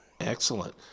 Excellent